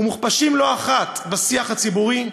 ומוכפשים לא אחת בשיח הציבורי,